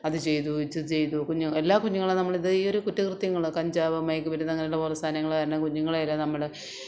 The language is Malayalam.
അത് ചെയ്തു ഇത് ചെയ്തു കുഞ്ഞുങ്ങൾ എല്ലാ കുഞ്ഞുങ്ങളെയും നമ്മൾ ഇതിൽ ഒരു കുറ്റകൃത്യങ്ങൾ കഞ്ചാവ് മയക്കുമരുന്ന് അങ്ങനെയുള്ള പോലെ സാധനങ്ങൾ കാരണം കുഞ്ഞുങ്ങളെയെല്ലാം നമ്മൾ